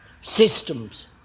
systems